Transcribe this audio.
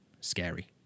Scary